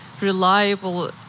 reliable